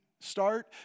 Start